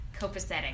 copacetic